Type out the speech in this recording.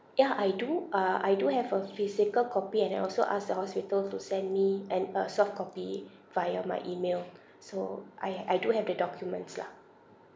ya I do uh I do have a physical copy and I also asked the hospital to send me an a soft copy via my email so I I do have the documents lah